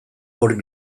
hori